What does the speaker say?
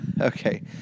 okay